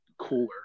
cooler